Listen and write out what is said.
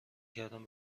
کردم